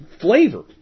flavor